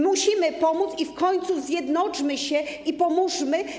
Musimy pomóc, więc w końcu zjednoczmy się i pomóżmy.